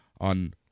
on